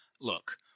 look